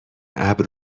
ابر